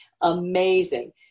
amazing